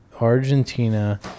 Argentina